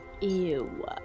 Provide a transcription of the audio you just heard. Ew